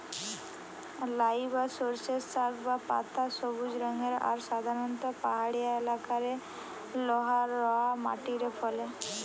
লাই বা সর্ষের শাক বা পাতা সবুজ রঙের আর সাধারণত পাহাড়িয়া এলাকারে লহা রওয়া মাটিরে ফলে